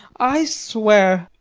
i swear.